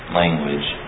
language